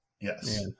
Yes